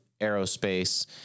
aerospace